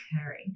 occurring